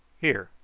here,